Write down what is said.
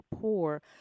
poor